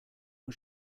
was